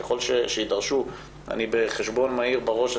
ככל שיידרשו בחשבון מהיר בראש,